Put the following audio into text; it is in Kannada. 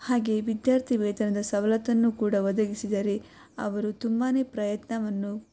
ಹಾಗೇ ವಿದ್ಯಾರ್ಥಿ ವೇತನದ ಸವಲತ್ತನ್ನು ಕೂಡ ಒದಗಿಸಿದರೆ ಅವರು ತುಂಬಾ ಪ್ರಯತ್ನವನ್ನು